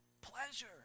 pleasure